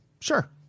sure